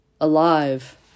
alive